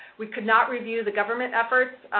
we could not review the government efforts,